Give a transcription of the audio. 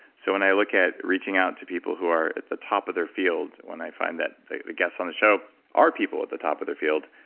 so when i looked at reaching out to people who are at the top of their field, when i find the the guest on the show our people at the top of their field.